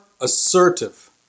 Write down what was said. assertive